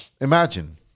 imagine